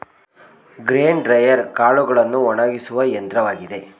grain dryer ಕಾಳುಗಳನ್ನು ಒಣಗಿಸುವ ಯಂತ್ರವಾಗಿದೆ